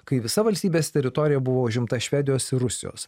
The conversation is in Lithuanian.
kai visa valstybės teritorija buvo užimta švedijos ir rusijos